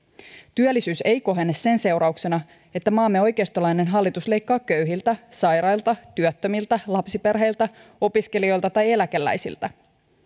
työllisyys ei kohene sen seurauksena että maamme oikeistolainen hallitus leikkaa köyhiltä sairailta työttömiltä lapsiperheiltä opiskelijoilta tai eläkeläisiltä